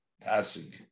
passing